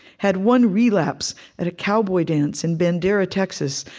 had one relapse at a cowboy dance in bandera, texas,